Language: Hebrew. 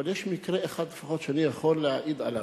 אבל יש מקרה אחד לפחות שאני יכול להעיד עליו,